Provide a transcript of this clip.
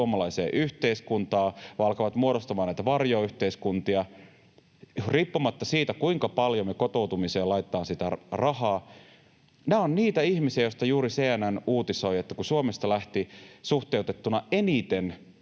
suomalaiseen yhteiskuntaan vaan alkavat muodostamaan näitä varjoyhteiskuntia, riippumatta siitä, kuinka paljon me kotoutumiseen laitetaan rahaa, ovat niitä ihmisiä, joista juuri CNN uutisoi, että Suomesta lähti suhteutettuna eniten